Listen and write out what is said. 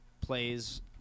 plays